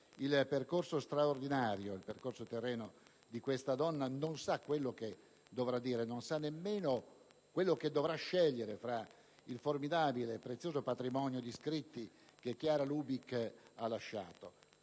lo straordinario percorso terreno di questa donna non sa quello che dovrà dire e nemmeno cosa dovrà scegliere nel formidabile e prezioso patrimonio di scritti che Chiara Lubich ha lasciato